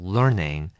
Learning